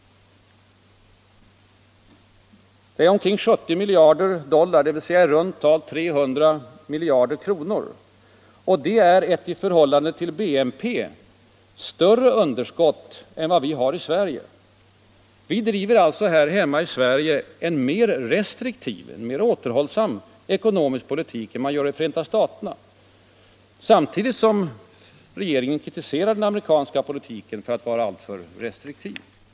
Det är omkring 70 miljarder dollar, dvs. i runt tal 300 miljarder kronor. Detta är ett i förhållande till BNP större underskott än vad vi har i Sverige. Vi driver alltså här hemma i Sverige en mer restriktiv och mer återhållsam politik än vad man gör i Förenta staterna, samtidigt som den svenska regeringen kritiserar den amerikanska politiken för att vara alltför restriktiv. Herr talman!